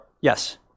Yes